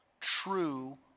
true